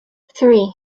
three